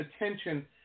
attention